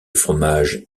fromage